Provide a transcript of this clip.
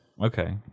Okay